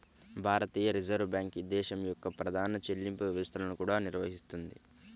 భారతీయ reserve bank దేశం యొక్క ప్రధాన చెల్లింపు వ్యవస్థలను కూడా నిర్వహిస్తుంది